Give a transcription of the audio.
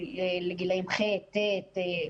לגילאים ח', ט'.